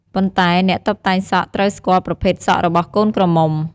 ប៉ុន្តែអ្នកតុបតែងសក់ត្រូវស្គាល់ប្រភេទសក់របស់កូនក្រមុំ។